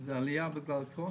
שזה עליה בגלל קורונה?